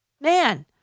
man